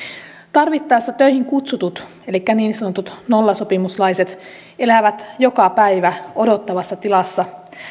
tarvittaessa töihin kutsutut elikkä niin sanotut nollasopimuslaiset elävät joka päivä odottavassa tilassa